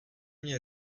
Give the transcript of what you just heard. mně